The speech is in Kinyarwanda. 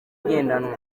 igendanwa